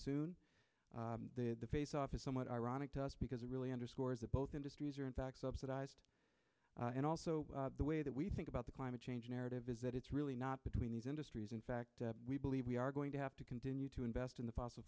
soon the face off is somewhat ironic to us because it really underscores that both industries are in fact subsidized and also the way that we think about the climate change narrative is that it's really not between these industries in fact we believe we are going to have to continue to invest in the